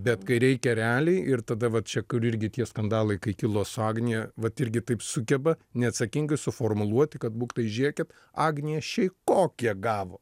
bet kai reikia realiai ir tada va čia kur irgi tie skandalai kai kilo su agnija vat irgi taip sugeba neatsakingai suformuluoti kad buktai žėkit agnijai šeiko kiek gavo